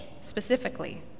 specifically